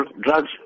drugs